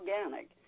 organic